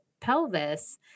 pelvis